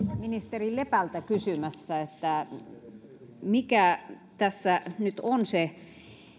ministeri lepältä kysymässä mikä tässä nyt on se